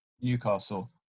Newcastle